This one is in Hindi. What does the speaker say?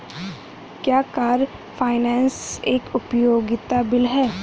क्या कार फाइनेंस एक उपयोगिता बिल है?